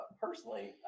Personally